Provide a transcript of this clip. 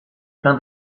plein